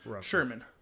sherman